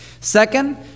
Second